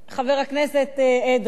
חבר הכנסת אדרי,